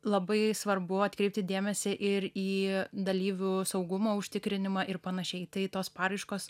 labai svarbu atkreipti dėmesį ir į dalyvių saugumo užtikrinimą ir panašiai tai tos paraiškos